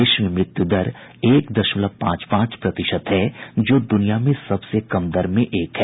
देश में मृत्यू दर एक दशमलव पांच पांच प्रतिशत है जो दुनिया में सबसे कम दर में से एक है